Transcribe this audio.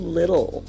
little